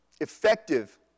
effective